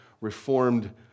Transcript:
Reformed